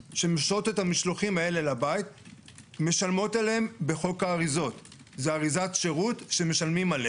גם על העסקים הקטנים שהם כרגע שזה יהיה מרבית